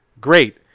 Great